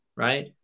right